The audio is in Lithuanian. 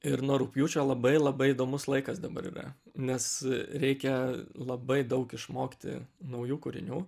ir nuo rugpjūčio labai labai įdomus laikas dabar yra nes reikia labai daug išmokti naujų kūrinių